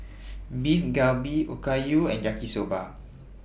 Beef Galbi Okayu and Yaki Soba